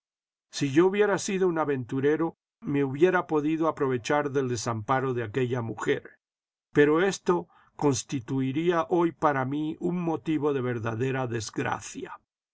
si yo hubiera sido un aventurero me hubiera podido aprovechar del desamparo de aquella mujer pero esto constituiría hoy para mí un motivo de verdadera desgracia